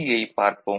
யைப் பார்ப்போம்